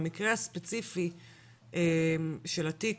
במקרה הספציפי של התיק